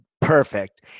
Perfect